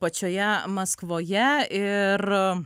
pačioje maskvoje ir